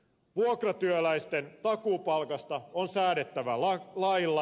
vuokratyöläisten takuupalkasta on säädettävä lailla